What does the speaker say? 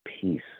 peace